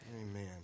Amen